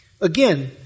again